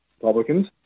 Republicans